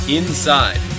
inside